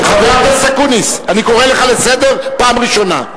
חבר הכנסת אקוניס, אני קורא אותך לסדר פעם ראשונה.